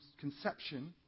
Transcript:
conception